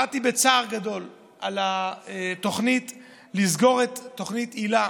קראתי בצער גדול על התוכנית לסגור את תוכנית היל"ה,